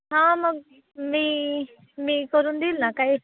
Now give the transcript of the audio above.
हा मग मी मी करून देईल ना काही